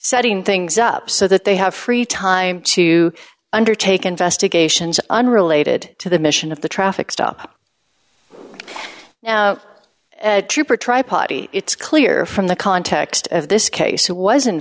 setting things up so that they have free time to undertake investigations unrelated to the mission of the traffic stop trooper try pati it's clear from the context of this case it was